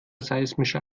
seismischer